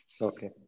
okay